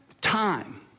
time